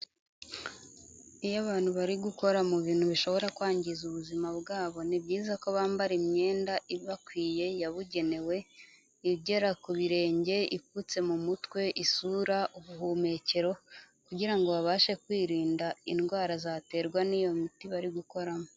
Iyo abantu bari gukora mu bintu bishobora kwangiza ubuzima bwabo, ni byiza ko bambara imyenda ibakwiye yabugenewe igera ku birenge, ipfutse mu mutwe, isura, ubuhumekero kugira ngo babashe kwirinda indwara zaterwa n'iyo miti bari gukoramo.